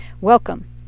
Welcome